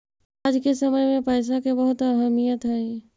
आज के समय में पईसा के बहुत अहमीयत हई